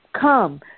come